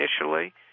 initially